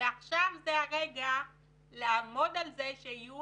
ועכשיו זה הרגע לעמוד על זה שתהיינה